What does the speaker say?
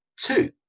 Two